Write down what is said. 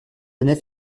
nef